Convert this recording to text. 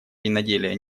виноделия